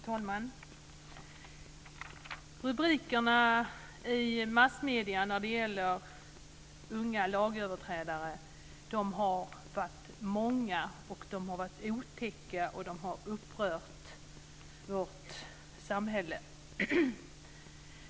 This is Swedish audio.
Fru talman! Rubrikerna i massmedierna om unga lagöverträdare har varit många och otäcka, och de har upprört vårt samhälle.